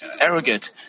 arrogant